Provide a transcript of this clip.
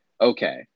okay